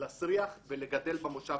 להסריח ולגדל במושב.